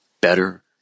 better